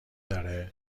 داره